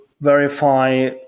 verify